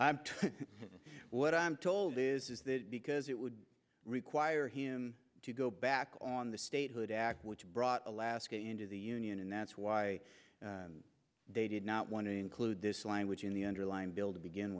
already what i'm told is that because it would require him to go back on the statehood act which brought alaska into the union and that's why they did not want to include this language in the underlying bill to begin